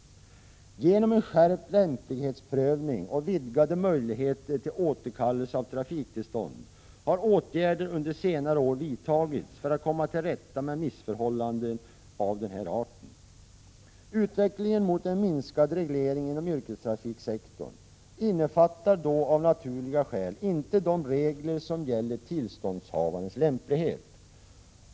Genom skärpt lämplighetsprövning och vidgade möjligheter till återkallelse av trafiktillstånd har åtgärder under senare år vidtagits för att komma till rätta med missförhållanden av den här arten. Utvecklingen mot en minskad reglering inom yrkestrafiksektorn innefattar därför av naturliga skäl inte de regler som gäller tillståndshavarnas lämplighet.